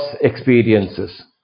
experiences